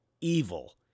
evil